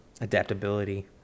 adaptability